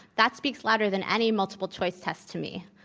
that speaks louder than any multiple choice test to me.